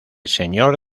señor